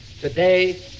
today